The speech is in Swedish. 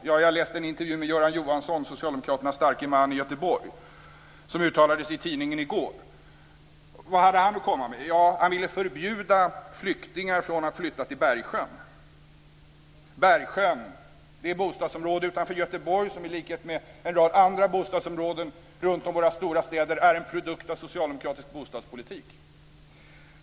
Jag har läst en intervju i en tidning i går med Göran Johansson, socialdemokraternas starke man i Göteborg. Vad hade han att komma med? Jo, han ville förbjuda flyktingar från att flytta till Bergsjön. Bergsjön är ett bostadsområde utanför Göteborg som i likhet med en rad andra bostadsområden runt om våra stora städer är en produkt av socialdemokratisk bostadspolitik.